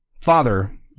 father